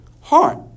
heart